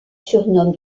surnomme